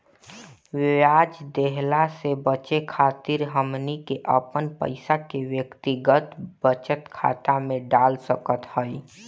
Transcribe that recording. ब्याज देहला से बचे खातिर हमनी के अपन पईसा के व्यक्तिगत बचत खाता में डाल सकत हई